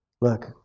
Look